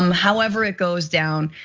um however it goes down,